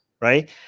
right